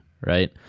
right